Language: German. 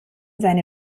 seine